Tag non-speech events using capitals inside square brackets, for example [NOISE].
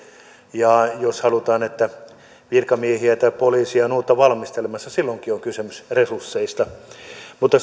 ja jos halutaan että virkamiehiä tai poliiseja on uutta valmistelemassa silloinkin on kysymys resursseista mutta [UNINTELLIGIBLE]